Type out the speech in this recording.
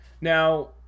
Now